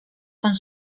con